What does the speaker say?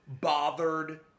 bothered